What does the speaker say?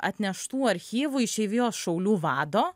atneštų archyvų išeivijos šaulių vado